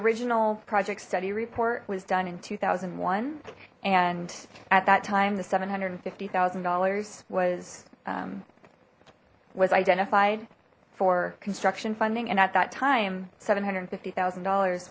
original project study report was done in two thousand and one and at that time the seven hundred and fifty thousand dollars was was identified for construction funding and at that time seven hundred and fifty thousand dollars